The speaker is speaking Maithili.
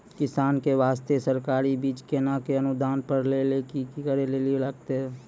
किसान के बास्ते सरकारी बीज केना कऽ अनुदान पर लै के लिए की करै लेली लागतै?